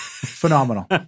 Phenomenal